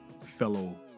fellow